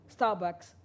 Starbucks